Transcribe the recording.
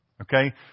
okay